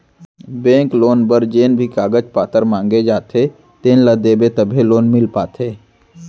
bank loan बर जेन भी कागज पातर मांगे जाथे तेन ल देबे तभे लोन मिल पाथे